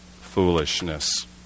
foolishness